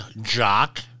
Jock